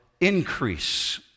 increase